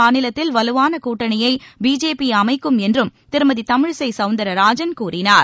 மாநிலத்தில் வலுவான கூட்டணியை பிஜேபி அமைக்கும் என்றும் திருமதி தமிழிசை சவுந்தரராஜன் கூறினார்